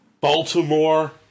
Baltimore